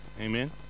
Amen